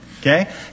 okay